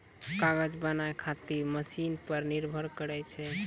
कागज बनाय खातीर मशिन पर निर्भर करै छै